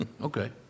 Okay